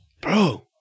Bro